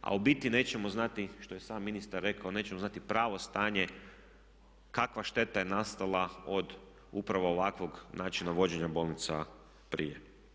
a u biti nećemo znati što je i sam ministar rekao, nećemo znati pravo stanje kakva šteta je nastala od upravo ovakvog načina vođenja bolnica prije.